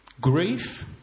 grief